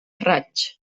raig